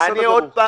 בסדר גמור.